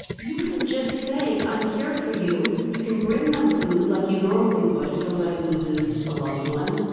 you can just say, i'm here for you. you can bring them food like you normally would if somebody loses a loved one,